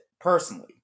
personally